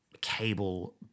cable